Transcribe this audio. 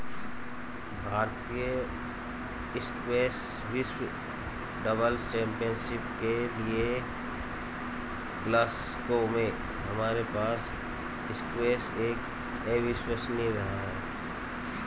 भारतीय स्क्वैश विश्व doubles championship के लिएग्लासगो में हमारे पास स्क्वैश एक अविश्वसनीय रहा है